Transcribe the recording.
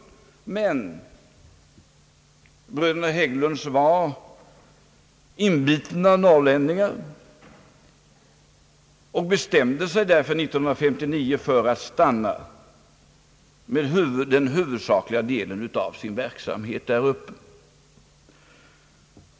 Men i Bröderna Hägglunds fanns det inbitna norrlänningar och de bestämde sig 1959 för att stanna med den huvudsakliga delen av verksamheten där uppe.